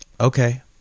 okay